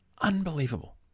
Unbelievable